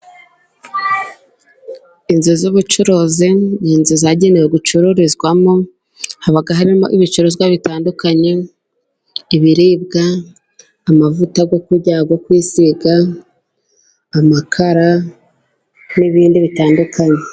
Inzu z'ubucuruzi ni inzu zagenewe gucururizwamo, haba harimo ibicuruzwa bitandukanye ibiribwa, amavuta yo kurya, ayo kwisiga, amakara n'ibindi bitandukanye.